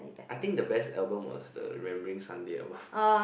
I think the best album was the Remembering Sunday album